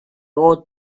old